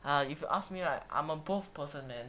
um if you ask me right I'm a both person man